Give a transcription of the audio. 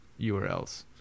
URLs